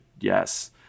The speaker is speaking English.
yes